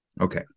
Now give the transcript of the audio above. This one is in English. Okay